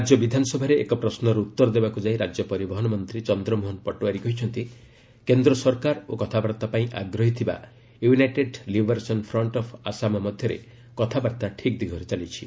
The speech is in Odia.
ରାଜ୍ୟ ବିଧାନସଭାରେ ଏକ ପ୍ରଶ୍ୱର ଉତ୍ତର ଦେବାକୁ ଯାଇ ରାଜ୍ୟ ପରିବହନ ମନ୍ତ୍ରୀ ଚନ୍ଦ୍ରମୋହନ ପଟୱାରୀ କହିଛନ୍ତି କେନ୍ଦ୍ର ସରକାର ଓ କଥାବାର୍ତ୍ତା ପାଇଁ ଆଗ୍ରହୀ ଥିବା united liberation front of Assam ମଧ୍ୟରେ କଥାବାର୍ତ୍ତା ଠିକ୍ ଦିଗରେ ଚାଲିଛି